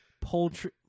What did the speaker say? Poultry